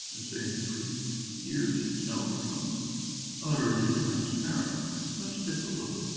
and saying it for years. it's now become utterly transparent let's take a look